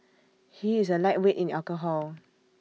he is A lightweight in alcohol